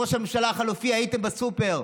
ראש הממשלה החלופי, הייתם בסופר?